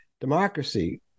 Democracy